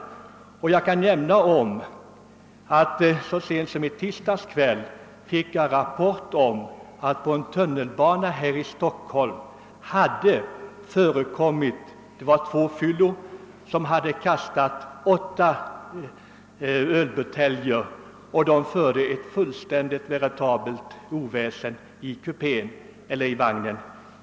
Jag kan nämna att så sent som i tisdags kväll fick jag rapport om att det på en tunnelbana här i Stockholm hade förekommit, att två fyllon hade kastat åtta ölbuteljer och fört ett veritabelt oväsen i en vagn.